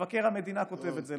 מבקר המדינה כותב את זה,